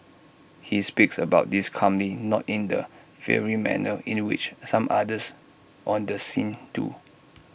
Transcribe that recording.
he speaks about this calmly not in the fiery manner in which some others on the scene do